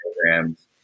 programs